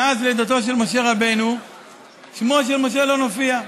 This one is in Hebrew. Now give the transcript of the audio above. מאז לידתו של משה רבנו שמו שלא משה לא מופיע.